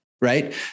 right